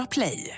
Play